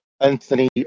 Anthony